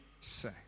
say